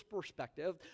perspective